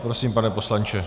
Prosím, pane poslanče.